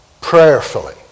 prayerfully